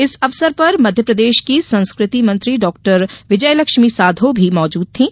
इस अवसर पर मध्यप्रदेश की संस्कृति मंत्री डाक्टर विजयलक्ष्मी साधौ भी मौजूद थीं